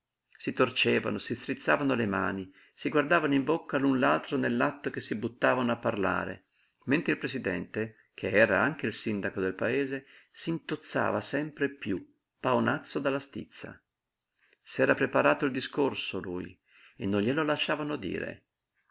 si torcevano si strizzavano le mani si guardavano in bocca l'un l'altro nell'atto che si buttavano a parlare mentre il presidente che era anche il sindaco del paese s'intozzava sempre piú paonazzo dalla stizza s'era preparato il discorso lui e non glielo lasciavano dire